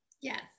Yes